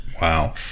Wow